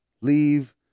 leave